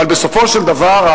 אבל בסופו של דבר,